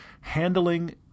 Handling